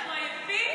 אנחנו עייפים.